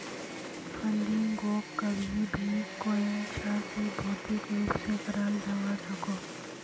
फंडिंगोक कभी भी कोयेंछा से भौतिक रूप से कराल जावा सकोह